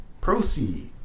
proceed